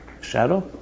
shadow